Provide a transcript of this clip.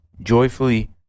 joyfully